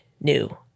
new